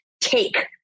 take